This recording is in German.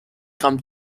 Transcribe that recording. gramm